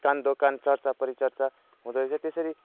एक कान दो कान परिचर्चा हुँदै त्यसरी